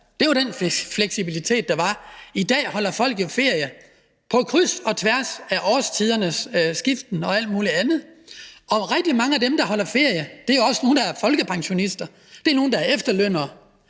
Det var den fleksibilitet, der var. I dag holder folk jo ferie på kryds og tværs af årstiderne, og rigtig mange af dem, der holder ferie, er folkepensionister, det er efterlønnere,